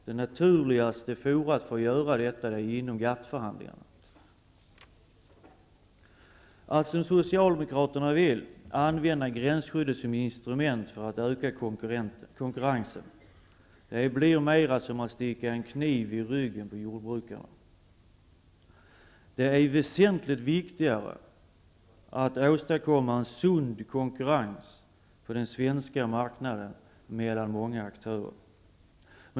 Det naturligaste forumet för detta är inom ramen för GATT Att som Socialdemokraterna vill, använda gränsskyddet som ett instrument för att öka konkurrensen, blir mer som att sticka en kniv i ryggen på jordbrukarna. Det är väsentligt viktigare att åstadkomma en sund konkurrens på den svenska marknaden mellan många aktörer.